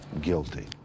guilty